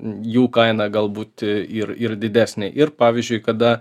jų kaina galbūt ir ir didesnė ir pavyzdžiui kada